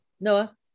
Noah